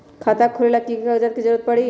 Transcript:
खाता खोले ला कि कि कागजात के जरूरत परी?